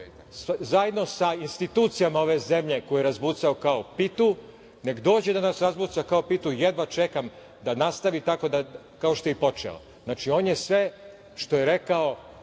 zajedno sa institucijama ove zemlje koje je razbucao kao pitu, nek dođe da nas razbuca kao pitu, jedva čekam da nastavi tako kao što je i počeo. Znači, on je sve što je rekao